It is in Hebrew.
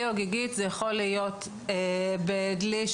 אז משרד החינוך לא יכול לדאוג לזה בגלל משרד